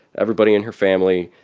everybody in her family,